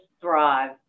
thrive